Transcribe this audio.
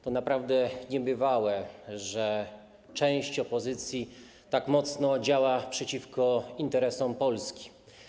To naprawdę niebywałe, że część opozycji tak mocno działa przeciwko interesom Polski.